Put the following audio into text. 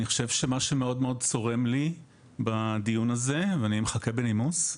אני חושב שמה שמאוד מאוד צורם לי בדיון הזה ואני מחכה בסבלנות ובנימוס,